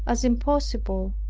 as impossible,